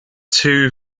two